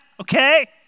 okay